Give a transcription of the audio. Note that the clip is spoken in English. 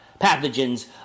pathogens